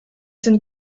sind